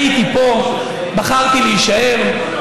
הייתי פה, בחרתי להישאר.